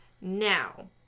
Now